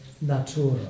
Natura